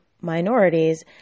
minorities